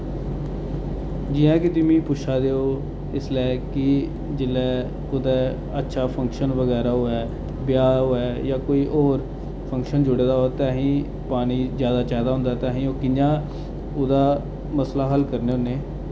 जि'यां के तुस मिगी पुच्छा दे ओ इसलै कि जिसलै कुतै अच्छा फंक्शन बगैरा होऐ ब्याह् होऐ जां कोई होर फंक्शन जुड़े दा होऐ ते असीं पानी जैदा चाहिदा होंदा ते असीं ओह्कि'यां उ'दा मसला हल्ल करने होन्ने